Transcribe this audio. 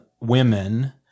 women